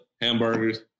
hamburgers